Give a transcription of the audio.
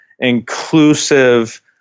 inclusive